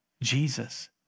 Jesus